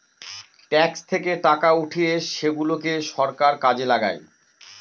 tax থেকে টাকা উঠিয়ে সেগুলাকে সরকার কাজে লাগায়